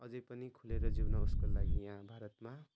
अझै पनि खुलेर जिउन उसको लागि यहाँ भारतमा